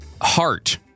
heart